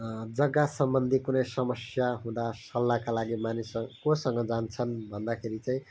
जग्गा सम्बन्धित कुनै समस्या हुँदा सल्लाहका लागि मानिसहरू कोसँग जान्छन् भन्दाखेरि चाहिँ